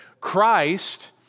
Christ